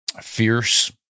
Fierce